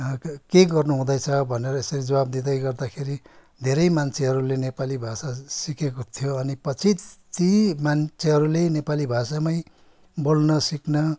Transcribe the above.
के गर्नु हुँदैछ भनेर यसरी जवाब दिँदै गर्दाखेरि धेरै मान्छेहरूले नेपाली भाषा सिकेको थियो अनि पछि ती मान्छेहरूले नेपाली भाषामै बोल्न सिक्न